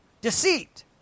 Deceit